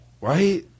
right